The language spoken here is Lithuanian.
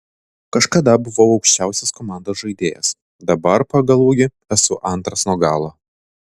kažkada buvau aukščiausias komandos žaidėjas dabar pagal ūgį esu antras nuo galo